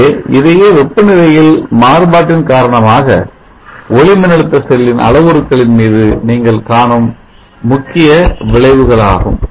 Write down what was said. ஆகவே இவையே வெப்பநிலையில் மாறுபாட்டின் காரணமாக ஒளிமின்னழுத்த செல்லின் அளவுருக்களின் மீது நீங்கள் காணும் முக்கிய விளைவுகளாகும்